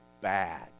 bad